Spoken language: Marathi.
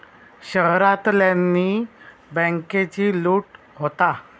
शहरांतल्यानी बॅन्केची लूट होता